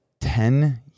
Ten